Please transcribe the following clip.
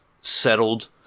settled